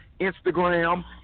Instagram